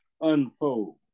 unfold